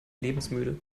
lebensmüde